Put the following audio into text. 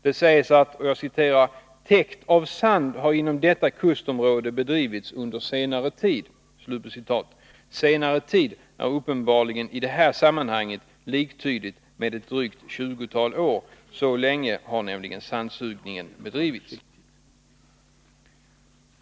Det sägs: ”Täkt av sand har inom detta kustområde bedrivits under senare tid.” ”Senare tid” är uppenbarligen i det här sammanhanget liktydigt med drygt ett tjugotal år. Så länge har nämligen sandsugningen bedrivits.